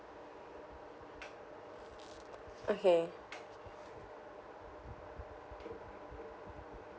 okay